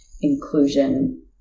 inclusion